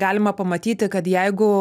galima pamatyti kad jeigu